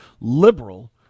liberal